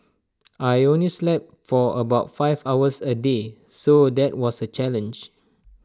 I only slept for about five hours A day so that was A challenge